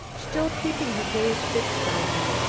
still keeping her gaze fixed on me,